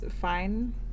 fine